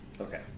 Okay